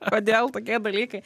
kodėl tokie dalykai